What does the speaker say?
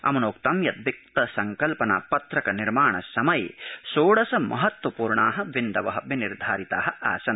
अमृनोक्तं यत् वित्त संकल्पना पत्रक निर्माण समये षोडश महत्वपूर्णा विन्दव विनिर्धारिता आसन्